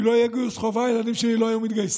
אם לא היה גיוס חובה, הילדים שלי לא היו מתגייסים.